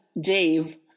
Dave